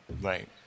Right